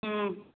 ꯎꯝ